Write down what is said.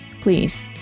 please